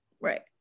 Right